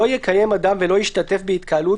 לא יקיים אדם ולא ישתתף בהתקהלות,